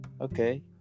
Okay